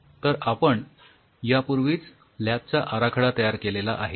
तर आपण यापूर्वीच लॅबचा आराखडा तयार केलेला आहे